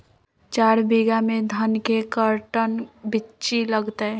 चार बीघा में धन के कर्टन बिच्ची लगतै?